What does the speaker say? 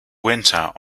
winter